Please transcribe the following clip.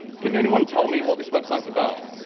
can anyone tell me what this website is about?